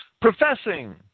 professing